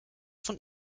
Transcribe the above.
von